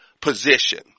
position